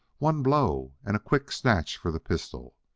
one blow and a quick snatch for the pistol.